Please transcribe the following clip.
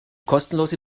kostenlose